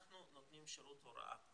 אנחנו נותנים שירות הוראה,